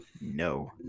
No